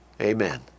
Amen